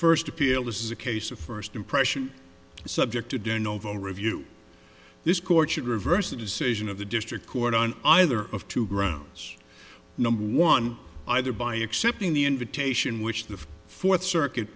first appeal this is a case of first impression subject to do novo review this court should reverse the decision of the district court on either of two grounds number one either by accepting the invitation which the fourth circuit